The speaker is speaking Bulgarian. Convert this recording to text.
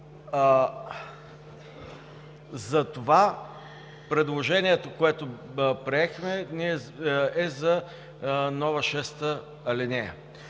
Затова предложението, което приехме, е за нова ал.